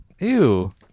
Ew